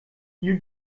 you